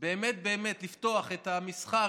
באמת באמת לפתוח את המסחר,